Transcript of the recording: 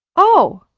oh,